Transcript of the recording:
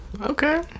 Okay